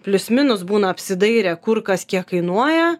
plius minus būna apsidairę kur kas kiek kainuoja